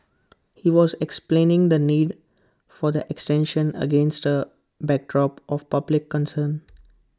he was explaining the need for the extension against A backdrop of public concern